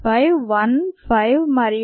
5 1 5 మరియు 10 V max 0